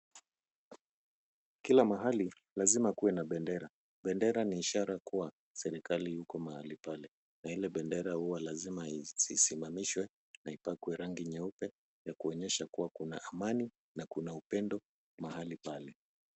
Kila mahali lazima kuwe na bendera. Bendera ni ishara kuwa serikali iko mahali pale na ile bendera huwa lazima isimamishwe na ipakwe ya rangi nyeupe ya kuonyesha kuwa kuna amani na kuna upendo mahali pale.